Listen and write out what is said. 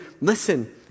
listen